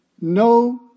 no